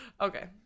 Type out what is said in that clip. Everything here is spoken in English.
Okay